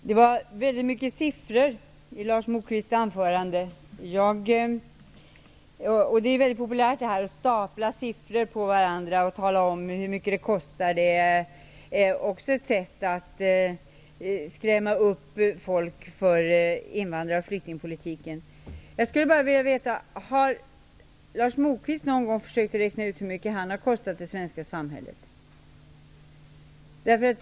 Fru talman! Det var väldigt mycket siffror i Lars Moquists anförande. Det är mycket populärt att stapla siffror på varandra och tala om hur mycket det kostar. Det är också ett sätt att skrämma upp folk inför invandrar och flyktingpolitiken. Jag skulle vilja veta följande: Har Lars Moquist någon gång försökt att räkna ut hur mycket han har kostat det svenska samhället?